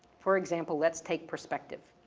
for example, let's take perspective.